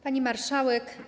Pani Marszałek!